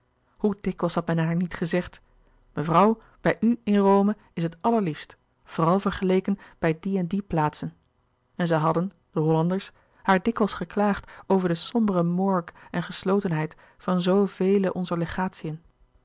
hoe dikwijls had men haar niet gezegd mevrouw bij u in rome is het allerliefst vooral vergeleken bij die en die plaatsen en zij hadden de hollanders haar dikwijls geklaagd over de sombere morgue en geslotenheid van zoo vele onzer legatiën